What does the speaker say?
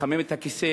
לחמם את הכיסא,